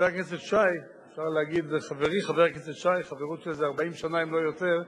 מה יהיה על 40% מהאוכלוסייה?